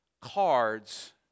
cards